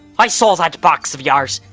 i saw that box of yours,